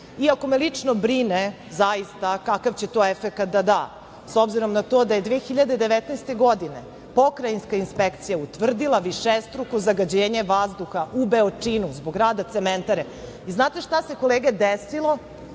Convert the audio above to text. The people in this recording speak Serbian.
iako me lično brine, zaista, kakav će to efekat da da, s obzirom na to da je 2019. godine Pokrajinska inspekcija utvrdila višestruko zagađenje vazduha u Beočinu zbog rada „Cementare“. Znate šta se, kolege, desilo?